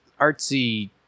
artsy